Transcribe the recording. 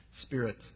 Spirit